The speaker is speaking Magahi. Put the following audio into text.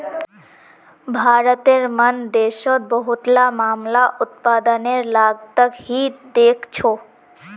भारतेर मन देशोंत बहुतला मामला उत्पादनेर लागतक ही देखछो